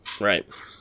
Right